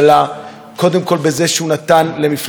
קודם כול בזה שהוא נתן למפלגה קיצונית,